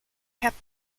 kept